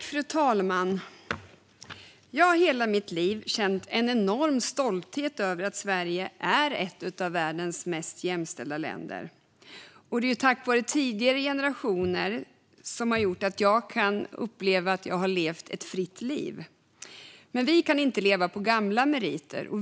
Fru talman! Jag har under hela mitt liv känt en enorm stolthet över att Sverige är ett av världens mest jämställda länder. Tack vare tidigare generationer kan jag uppleva att jag har levt ett fritt liv. Men vi kan inte leva på gamla meriter.